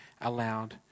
allowed